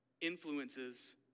influences